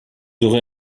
aurez